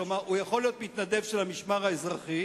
כלומר, הוא יכול להיות מתנדב של המשמר האזרחי